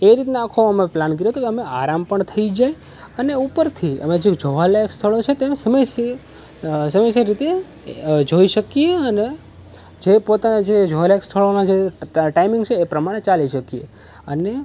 એ રીતના આખો અમે પ્લાન કર્યો કે અમે આરામ પણ થઈ જાય અને ઉપરથી અને જે જોવા લાયક સ્થળો છે તેનો સમય સે સમયસર રીતે જોઈ શકીએ અને જે પોતાના જે જોવા લાયક સ્થળોમાં જે ટાયમિંગ છે એ પ્રમાણે ચાલી શકીએ અને